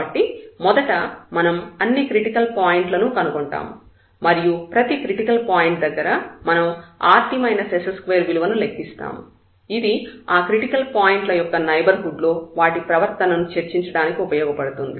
కాబట్టి మొదట మనం అన్ని క్రిటికల్ పాయింట్లను కనుగొంటాము మరియు ప్రతి క్రిటికల్ పాయింట్ దగ్గర మనం rt s2 విలువను లెక్కిస్తాము ఇది ఆ క్రిటికల్ పాయింట్ ల యొక్క నైబర్హుడ్ లో వాటి ప్రవర్తనను చర్చించడానికి ఉపయోగపడుతుంది